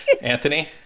Anthony